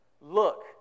Look